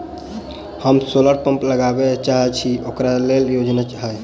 हम solar pump लगाबै चाहय छी ओकरा लेल योजना हय?